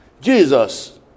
Jesus